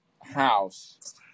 house